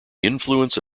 influence